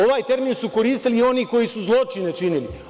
Ovaj termin su koristili oni koji su zločine činili.